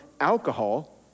alcohol